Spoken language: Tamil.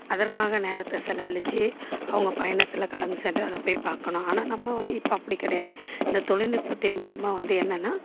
அதற்காக நேரத்தை செலவழிச்சி அவங்க பயணத்தில் கடந்து சென்று அதை போய் பார்க்கணும் ஆனால் நம்ம வந்து இப்போ அப்படி கிடையாது இந்த தொழில்நுட்பத்தின் மூலயமா வந்து என்னென்னால்